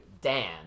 dan